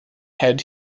head